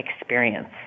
experience